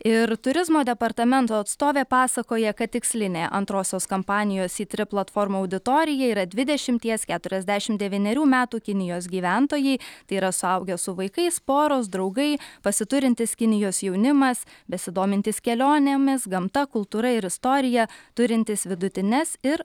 ir turizmo departamento atstovė pasakoja kad tikslinė antrosios kampanijos sytrip platformų auditorija yra dvidešimties keturiasdešim devynerių metų kinijos gyventojai tai yra suaugę su vaikais poros draugai pasiturintis kinijos jaunimas besidomintis kelionėmis gamta kultūra ir istorija turintys vidutines ir